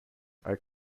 are